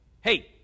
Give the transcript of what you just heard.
hey